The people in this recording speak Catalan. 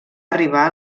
arribar